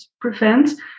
prevent